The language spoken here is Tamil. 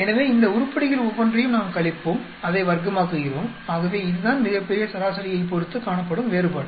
எனவே இந்த உருப்படிகள் ஒவ்வொன்றையும் நாம் கழிப்போம் அதை வர்க்கமாக்குகிறோம் ஆகவே இதுதான் மிகப் பெரிய சராசரியைப் பொறுத்து காணப்படும் வேறுபாடு